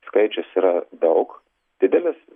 skaičius yra daug didelis